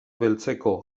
beltzeko